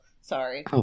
sorry